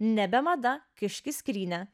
nebe mada kišk į skrynią